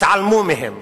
והתעלמו מהם,